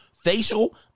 Facial